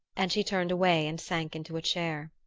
and she turned away and sank into a chair.